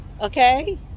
okay